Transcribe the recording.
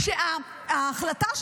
שההחלטה,